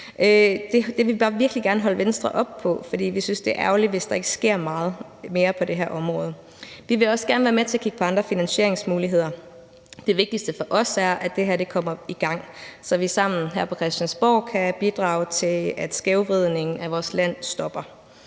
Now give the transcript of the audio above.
bare virkelig gerne holde Venstre op på. For vi synes, det er ærgerligt, hvis der ikke sker meget mere på det område. Vi vil også gerne være med til at kigge på andre finansieringsmuligheder. Det vigtigste for os er, at det her kommer i gang, så vi sammen her på Christiansborg kan bidrage til, at skævvridningen af vores land stopper.